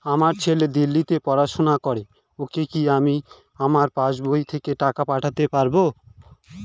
আমার ছেলে দিল্লীতে পড়াশোনা করে ওকে কি আমি আমার পাসবই থেকে টাকা পাঠাতে পারব?